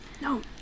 no